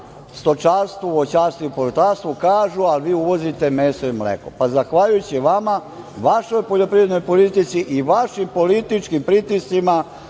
stočarstvu, voćarstvu i povrtarstvu, kažu – a vi uvozite meso i mleko. Pa, zahvaljujući i vama, vašoj poljoprivrednoj politici i vašim političkim pritiscima,